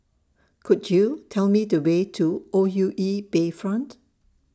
Could YOU Tell Me The Way to O U E Bayfront